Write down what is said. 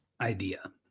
idea